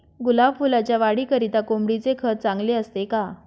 गुलाब फुलाच्या वाढीकरिता कोंबडीचे खत चांगले असते का?